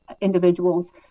individuals